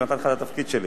כבר נתתי לך את התפקיד שלי.